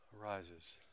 arises